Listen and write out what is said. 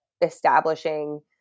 establishing